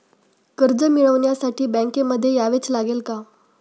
कर्ज मिळवण्यासाठी बँकेमध्ये यावेच लागेल का?